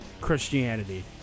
Christianity